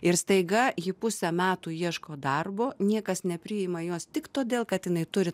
ir staiga ji pusę metų ieško darbo niekas nepriima jos tik todėl kad jinai turi